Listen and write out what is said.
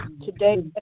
today